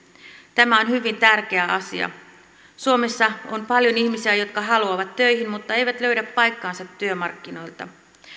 tämä on hyvin tärkeä asia suomessa on paljon ihmisiä jotka haluavat töihin mutta eivät löydä paikkaansa työmarkkinoilta